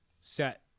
set